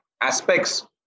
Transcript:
aspects